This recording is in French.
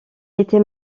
était